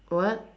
what